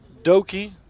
Doki